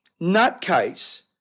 nutcase